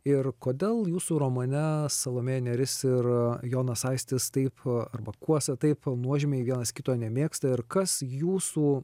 ir kodėl jūsų romane salomėja nėris ir jonas aistis taip arba kuosa taip nuožmiai vienas kito nemėgsta ir kas jūsų